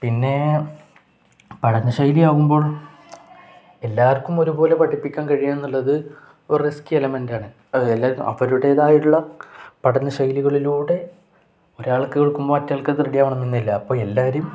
പിന്നെ പഠന ശൈലി ആകുമ്പോൾ എല്ലാവർക്കും ഒരുപോലെ പഠിപ്പിക്കാൻ കഴിയുക എന്നുള്ളത് ഒരു റിസ്കി എലമെൻറ്റാണ് എല്ലാം അവരുടേതായുള്ള പഠനശൈലികളിലൂടെ ഒരാൾക്ക് കേൾക്കുമ്പോ മറ്റൾക്ക് റഡിയാവണമെന്നില്ല അപ്പ എല്ലാരും